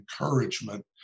encouragement